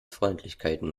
freundlichkeiten